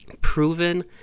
proven